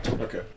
Okay